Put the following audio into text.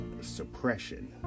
suppression